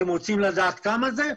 אתם רוצים לדעת כמה זה?